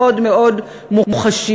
מאוד מאוד מוחשיות.